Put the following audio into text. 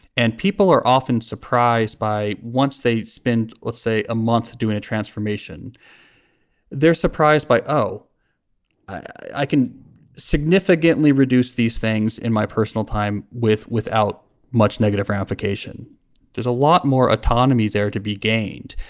and people are often surprised by once they spend let's say a month doing a transformation they're surprised by oh i can significantly reduce these things in my personal time with without much negative ramification there's a lot more autonomy there to be gained